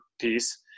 piece